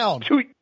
two